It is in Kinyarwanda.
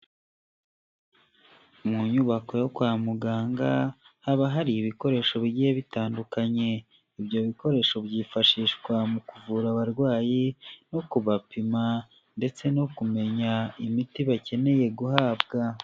Mu nyubako yo kwa muganga haba hari ibikoresho bigiye bitandukanye, ibyo bikoresho byifashishwa mu kuvura abarwayi no kubapima ndetse no kumenya imiti bakeneye guhabwa.